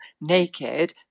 naked